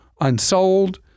unsold